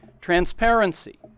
transparency